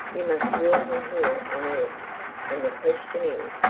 you must rule him here on earth and the question is,